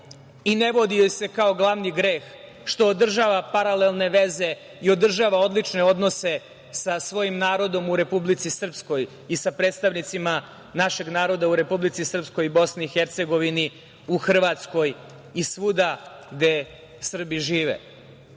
i ne vodi joj se kao glavni greh što održava paralelne veze i održava odlične odnose sa svojim narodom u Republici Srpskoj i sa predstavnicima našeg naroda u Republici Srpskoj i BiH, u Hrvatskoj i svuda gde Srbi žive. To